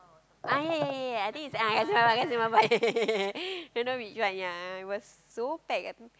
ah ya ya ya ya ya I think is ah Kassim-Baba Kassim-Baba don't know which one ya it was so packed I think